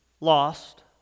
lost